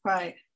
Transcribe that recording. Right